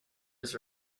his